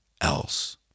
else